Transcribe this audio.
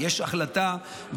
החלטה, יש החלטה.